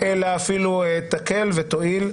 זה אפילו יקל ויועיל.